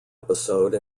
episode